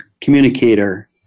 communicator